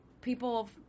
people